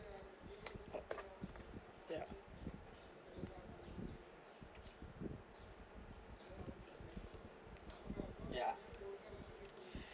ya ya